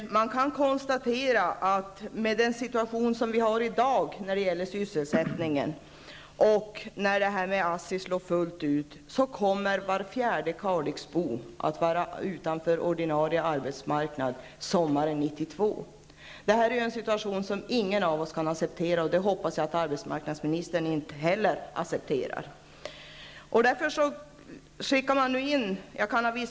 Man kan konstatera att mot bakgrund av den situation som vi har i dag när det gäller sysselsättningen och när läget i ASSI har slagit igenom fullt ut sommaren 1992 kommer var fjärde Kalixbo att stå utanför den ordinarie arbetsmarknaden. Det här är en situation som ingen av oss kan acceptera, och jag hoppas att inte heller arbetsmarknadsministern gör det. Man har därför nu skickat ett förslagspaket, som innehåller infrastrukturåtgärder, utbildningsåtgärder osv.